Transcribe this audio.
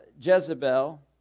Jezebel